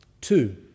two